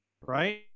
right